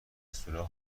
سوراخ